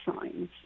signs